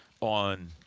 on